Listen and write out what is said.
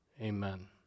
amen